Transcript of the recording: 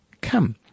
come